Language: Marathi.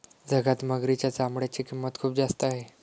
जगात मगरीच्या चामड्याची किंमत खूप जास्त आहे